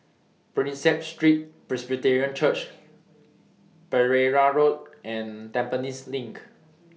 Prinsep Street Presbyterian Church Pereira Road and Tampines LINK